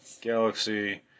galaxy